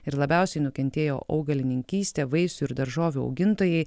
ir labiausiai nukentėjo augalininkystė vaisių ir daržovių augintojai